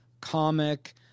comic